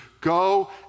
go